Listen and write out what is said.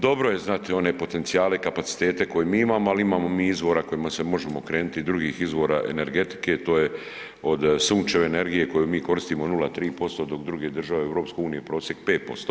Dobro je znati one potencijale i kapacitete koje mi imamo, ali imamo mi izvora kojima se možemo okrenuti i drugih izvora energetike, to je od sunčeve energije koju mi koristimo 0,3% dok druge države EU prosjek 5%